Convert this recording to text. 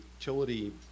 utility